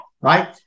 right